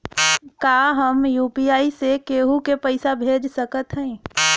का हम यू.पी.आई से केहू के पैसा भेज सकत हई?